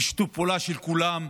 בשיתוף פעולה של כולם.